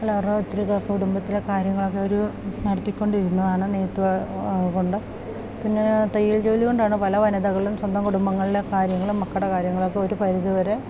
അല്ല ഒത്തിരി കുടുംബത്തിലെ കാര്യങ്ങളൊക്കെ ഒരു നടത്തിക്കൊണ്ടിരുന്നാണ് നെയ്യ്ത്ത് കൊണ്ടും പിന്നേ തയ്യൽ ജോലി കൊണ്ടാണ് പല വനിതകളും സ്വന്തം കുടുംബങ്ങളിലെ കാര്യങ്ങളും മക്കളുടെ കാര്യങ്ങളൊക്കൊരു പരിധിവരെ